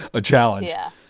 a challenge yeah,